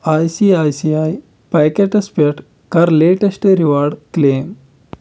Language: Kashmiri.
I C I C I pockets پٮ۪ٹھ کَر لیٹٮ۪سٹ رِواڈ کٕلیم